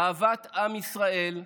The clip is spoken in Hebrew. אהבת עם ישראל,